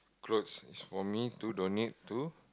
clothes is for me to donate to